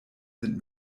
sind